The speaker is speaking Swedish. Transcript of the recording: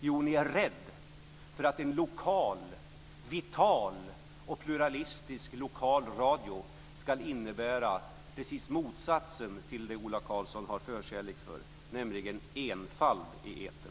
Jo, ni är rädda för att en lokal, vital och pluralistisk radio ska innebära precis motsatsen till det som Ola Karlsson har förkärlek för, nämligen enfald i etern.